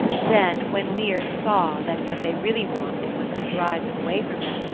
then when lear saw that what they really wanted was to drive him away from them,